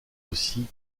aussi